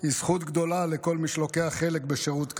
הוא זכות גדולה לכל מי שלוקח חלק בשירות כזה.